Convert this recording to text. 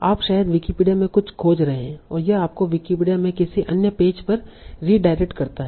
आप शायद विकिपीडिया में कुछ खोज रहे हैं और यह आपको विकिपीडिया में किसी अन्य पेज पर रीडाईरेकटेड करता है